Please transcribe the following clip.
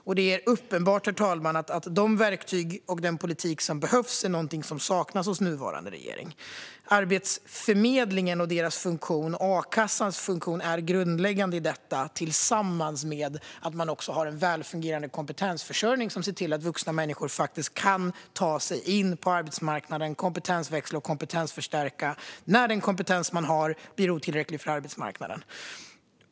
Och det är uppenbart, herr talman, att de verktyg och den politik som behövs saknas hos den nuvarande regeringen. Arbetsförmedlingen och dess funktion samt a-kassans funktion är grundläggande i detta tillsammans med att man har en välfungerande kompetensförsörjning som gör att vuxna människor faktiskt kan ta sig in på arbetsmarknaden. Det handlar om att kompetensväxla och kompetensförstärka när den kompetens man har blir otillräcklig för arbetsmarknaden.